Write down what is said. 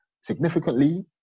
significantly